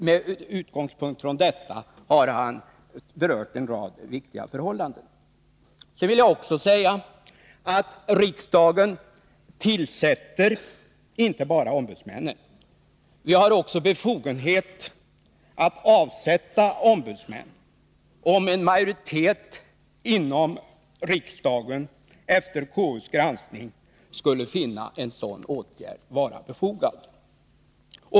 Med utgångspunkt i detta har han berört en rad viktiga förhållanden. Låt mig också säga att riksdagen inte bara tillsätter ämbetsmännen, utan också har befogenhet att avsätta ombudsmän, om en majoritet av riksdagsledamöterna efter KU:s granskning skulle finna en sådan åtgärd befogad.